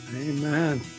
Amen